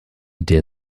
der